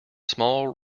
small